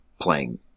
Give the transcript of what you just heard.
playing